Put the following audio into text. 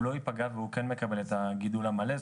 הוא לא יפגע והוא כן מקבל את הגידול המלא,